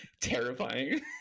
terrifying